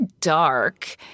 dark